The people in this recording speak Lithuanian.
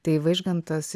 tai vaižgantas